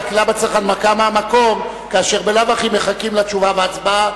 רק למה צריך הנמקה מהמקום כאשר בלאו הכי מחכים לתשובה והצבעה?